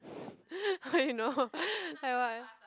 how you know like what